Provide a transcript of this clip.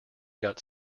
got